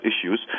issues